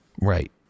Right